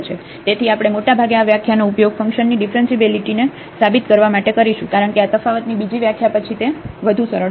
તેથી આપણે મોટાભાગે આ વ્યાખ્યાનો ઉપયોગ ફંક્શનની ડીફરન્શીએબીલીટીને સાબિત કરવા માટે કરીશું કારણ કે આ તફાવતની બીજી વ્યાખ્યા પછી તે વધુ સરળ છે